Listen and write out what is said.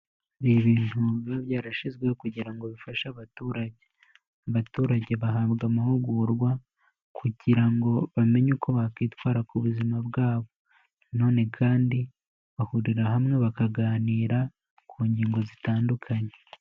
Ni ibintu biba byarashyizweho kugira ngo bifashe abaturage, abaturage bahabwa amahugurwa kugira ngo bamenye uko bakwitwara ku buzima bwabo, nanone kandi bahurira hamwe bakaganira ku ngingo zitandukanye.